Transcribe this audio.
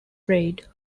played